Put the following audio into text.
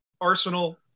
arsenal